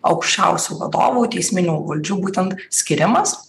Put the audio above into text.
aukščiausių vadovų teisminių valdžių būtent skiriamas